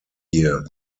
year